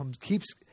keeps